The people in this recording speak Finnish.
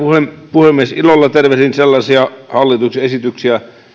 puhemies ilolla tervehdin sellaisia hallituksen esityksiä